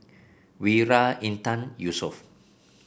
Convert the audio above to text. Wira Intan Yusuf